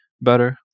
better